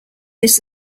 this